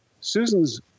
Susan's